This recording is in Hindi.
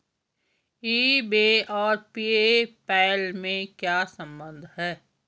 ई बे और पे पैल में क्या संबंध है?